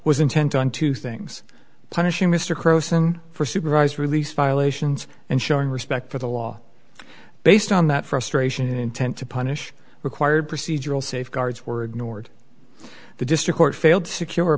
was intent on two things punishing mr crow for supervised release violations and showing respect for the law based on that frustration intent to punish required procedural safeguards were ignored the district court failed to secure